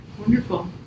Wonderful